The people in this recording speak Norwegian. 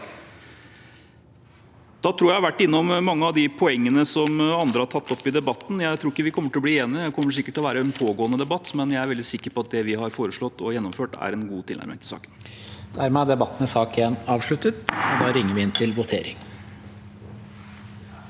Nå tror jeg at jeg har vært innom mange av de poengene som andre har tatt opp i debatten. Jeg tror ikke vi kommer til å bli enige – dette kommer sikkert til å være en pågående debatt – men jeg er veldig sikker på at det vi har foreslått og gjennomført, er en god tilnærming til saken. Presidenten Debatten i sak nr. 1 er